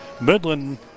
Midland